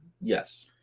Yes